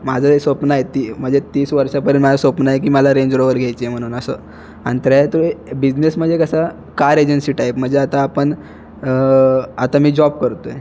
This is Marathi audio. माझं हे स्वप्न आहे ती म्हणजे तीस वर्षापर्यंत माझं स्वप्न आहे की मला रेंज रोवर घ्यायची आहे म्हणून असं आणि त्र्यातवे बिजनेस म्हणजे कसं कार एजन्सी टाईप म्हणजे आता आपण आता मी जॉब करतो आहे